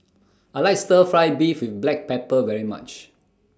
I like Stir Fry Beef with Black Pepper very much